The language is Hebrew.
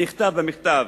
נכתב במכתב.